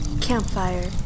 Campfire